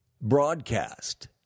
broadcast